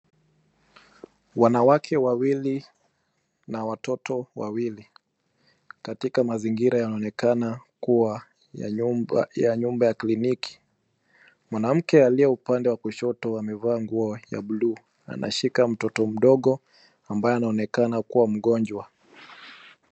Wanawake wawili na watoto wawili, katika mazingira yanaonekana kua ya nyumba ya kliniki. Mwanamke aliye upande wa kushoto amevaa nguo ya blue , anashika mtoto mdogo, ambaye anaonekana kua mgonjwa.